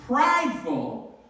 prideful